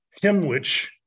Hemwich